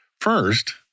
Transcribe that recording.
First